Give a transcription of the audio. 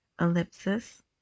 Ellipsis